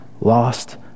lost